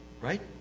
Right